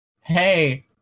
hey